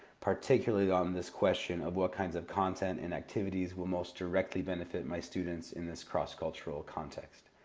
particularly on this question of what kinds of content and activities will most directly benefit my students in this cross-cultural context.